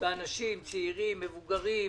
באנשים צעירים ומבוגרים,